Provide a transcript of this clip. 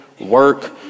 work